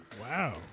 Wow